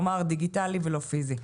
כלומר, דיגיטלי ולא פיזי.